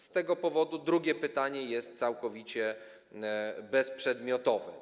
Z tego powodu drugie pytanie jest całkowicie bezprzedmiotowe.